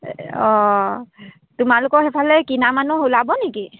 অঁ তোমালোকৰ সেইফালে কিনা মানুহ ওলাব নেকি